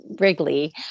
Wrigley